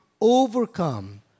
overcome